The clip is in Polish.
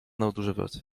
nadużywać